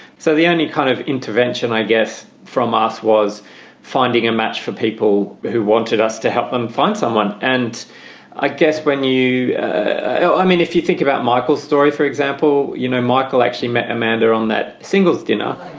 so the only kind of intervention, i guess, from us was finding a match for people who wanted us to help them. um find someone, and i guess when you i mean, if you think about michael's story, for example, you know, michael actually met amanda on that singles dinner